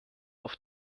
auf